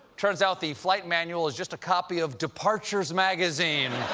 turns out, the flight manual is just a copy of departures magazine.